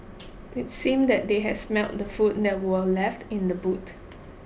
it seemed that they had smelt the food that were left in the boot